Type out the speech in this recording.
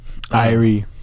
Irie